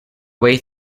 way